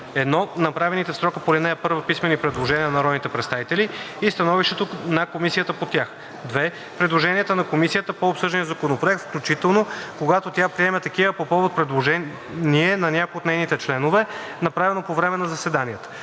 1. направените в срока по ал. 1 писмени предложения на народни представители и становището на комисията по тях; 2. предложенията на комисията по обсъждания законопроект, включително когато тя приеме такива по повод предложение на някои от нейните членове, направено по време на заседанията;